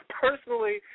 personally